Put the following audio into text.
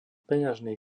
peňažný